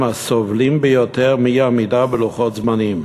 הסובלים ביותר מאי-עמידה בלוחות זמנים.